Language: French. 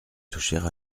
toucher